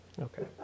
okay